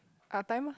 our time lah